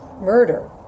murder